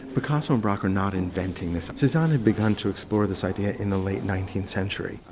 picasso and braque are not inventing this. cezanne had begun to explore this idea in the late nineteenth century.